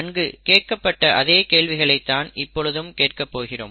அங்கு கேட்கப்பட்ட அதே கேள்விதான் இப்பொழுதும் கேட்கப் போகிறோம்